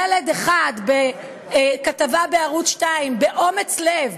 ילד אחד, בכתבה בערוץ 2, באומץ לב,